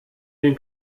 den